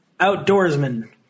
Outdoorsman